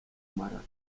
marato